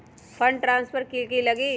Fund transfer कि की लगी?